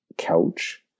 couch